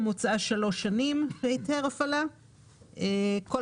העברת שליטה בבעל היתר הפעלה טעונה אישור